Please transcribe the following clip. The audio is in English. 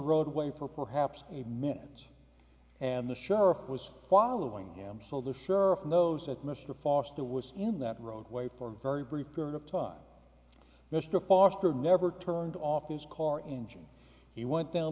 roadway for perhaps a minute and the sheriff was following him so the sheriff knows that mr foster was in that roadway for a very brief period of time mr foster never turned off his car engine he went down